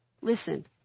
Listen